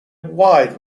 wide